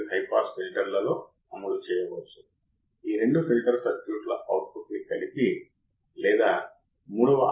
ఇది స్థితిలో కొలుస్తారు op amp యొక్క ఇన్పుట్ వోల్టేజ్ సున్నా